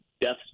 deaths